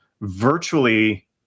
virtually